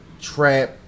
trap